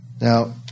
Now